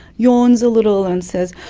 yawns a little and says,